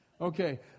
Okay